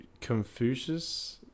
Confucius